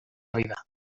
vida